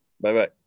Bye-bye